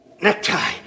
Necktie